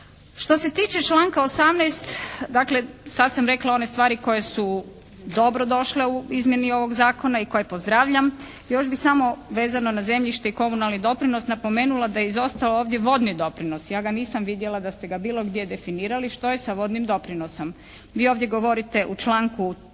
Što se tiče članka 18. dakle sada sam rekla one stvari koje su dobrodošle u izmjeni ovog zakona i koje pozdravljam, još bih samo vezano na zemljište i komunalni doprinos napomenula da je izostao ovdje vodni doprinos. Ja ga nisam vidjela da ste ga bilo gdje definirali. Što je sa vodnim doprinosom? Vi ovdje govorite u članku